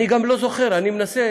אני גם לא זוכר, אני מנסה